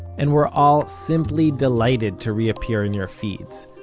and we're all simply delighted to reappear in your feeds.